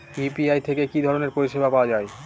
UPI থেকে কি ধরণের পরিষেবা পাওয়া য়ায়?